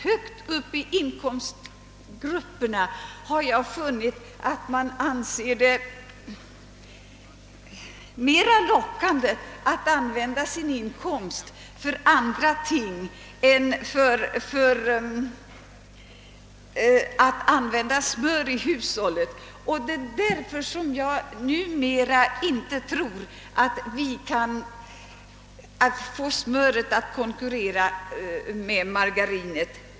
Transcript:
Högt uppe i inkomstgrupperna har jag funnit att man anser det mera lockande att använda sin inkomst till andra ting än smör i hushållet. Det är därför som jag numera inte tror att vi kan få smöret att konkurrera med margarinet.